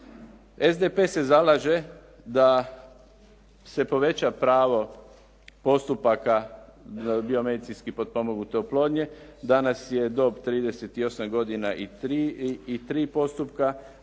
SDP se zalaže da se poveća pravo postupaka biomedicinski potpomognute oplodnje, danas je dob 38 godina i tri postupka